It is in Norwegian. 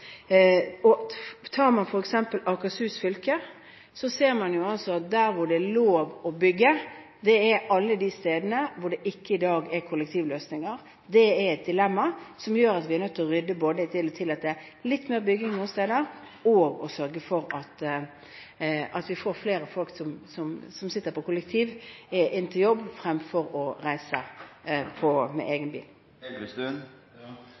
Tar man f.eks. Akershus fylke, ser man at der hvor det er lov å bygge, er alle de stedene hvor det i dag ikke er kollektivløsninger. Det er et dilemma som gjør at vi er nødt til å tillate litt mer bygging noen steder, og å sørge for at vi får flere folk som velger kollektivtransport inn til jobb fremfor å reise med egen bil. Jeg legger merke til at statsministeren viser til budsjettavtalen med